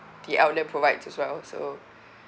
the outlet provides as well so